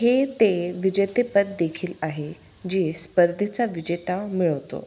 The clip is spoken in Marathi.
हे ते विजेतेपददेखील आहे जे स्पर्धेचा विजेता मिळवतो